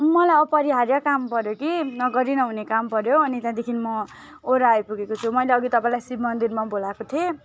मलाई अपरिहार्य काम पऱ्यो कि नगरी नहुने काम पऱ्यो अनि त्यहाँदेखि म ओर आइपुगेको छु मैले अघि तपाईँलाई शिवमन्दिरमा बोलाएको थिएँ